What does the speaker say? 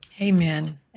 Amen